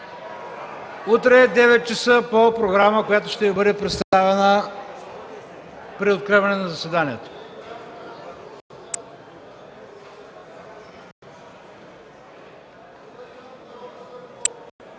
Утре в 9,00 ч. по програма, която ще Ви бъде представена при откриване на заседанието.